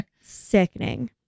sickening